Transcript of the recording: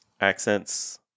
accents